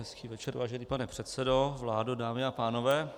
Hezký večer, vážený pane předsedo, vládo, dámy a pánové.